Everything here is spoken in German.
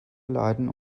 leiden